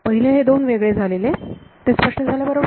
पहिले हे दोन वेगळे झालेले ते स्पष्ट झाले बरोबर